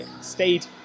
stayed